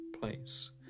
place